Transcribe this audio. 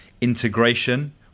integration